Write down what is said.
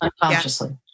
Unconsciously